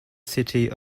city